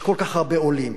יש כל כך הרבה עולים,